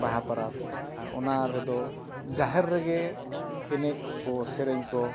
ᱵᱟᱦᱟ ᱯᱚᱨᱚᱵᱽ ᱟᱨ ᱚᱱᱟ ᱨᱮᱫᱚ ᱡᱟᱦᱮᱨ ᱨᱮᱜᱮ ᱮᱱᱮᱡ ᱠᱚ ᱥᱮᱨᱮᱧ ᱠᱚ